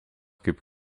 kaip